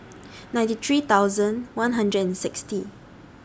ninety three thousand one hundred and sixty